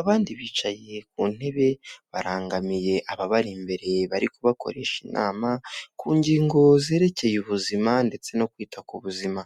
abandi bicaye ku ntebe barangamiye ababari imbere bari kubakoresha inama ku ngingo zerekeye ubuzima ndetse no kwita ku buzima.